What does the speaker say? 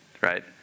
right